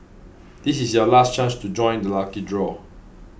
this is your last chance to join the lucky draw